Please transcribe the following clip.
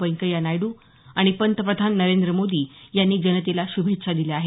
व्यंकया नायडू आणि पंतप्रधान नरेंद्र मोदी यांनी जनतेला सुभेच्छा दिल्या आहेत